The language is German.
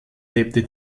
lebte